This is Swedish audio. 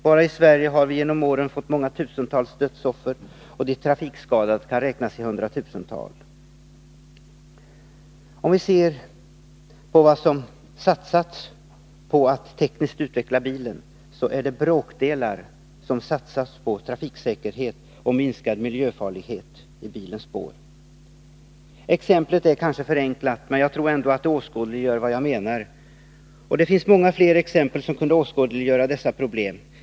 Bara i Sverige har vi under årens lopp fått många tusental dödsoffer, och de trafikskadade kan räknas i hundratusental. Om vi ser på vad som satsats på att tekniskt utveckla bilen, finner vi att det är bråkdelar av detta som satsats på trafiksäkerhet och minskad miljöfarlighet i bilens spår. Exemplet är kanske förenklat, men jag tror ändå att det åskådliggör vad jag menar, och det finns många fler exempel som kunde åskådliggöra dessa problem.